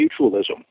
mutualism